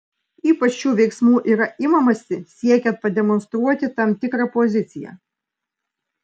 ypač šių veiksmų yra imamasi siekiant pademonstruoti tam tikrą poziciją